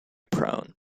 prone